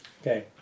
Okay